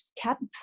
kept